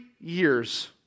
Years